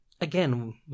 again